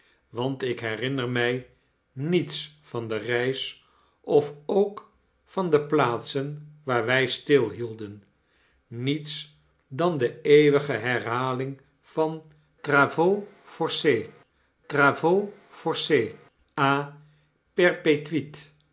want ik herinner my niets van de reis of ook van de plaatsen waar wij stilhielden niets dan de eeuwige herhaling van traveaux forces